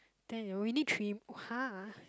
then you we need three !huh!